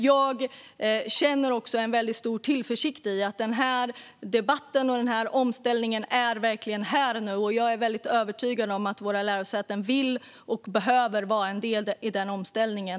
Jag känner en väldigt stor tillförsikt i att denna debatt och denna omställning verkligen är här nu. Jag är övertygad om att våra lärosäten vill och behöver vara en del i den omställningen.